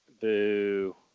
Boo